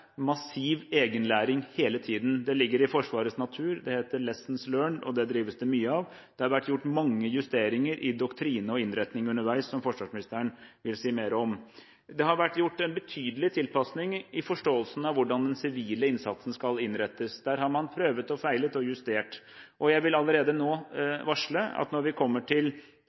massiv egenlæring hele tiden. Det ligger i Forsvarets natur, det heter «Lessons Learned», og det drives det mye av. Det har vært gjort mange justeringer i doktrine og innretning underveis – som forsvarsministeren vil si mer om. Det har vært gjort en betydelig tilpasning i forståelsen av hvordan den sivile innsatsen skal innrettes. Der har man prøvd, feilet og justert. Jeg vil allerede nå varsle at når vi kommer til